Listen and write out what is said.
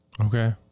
Okay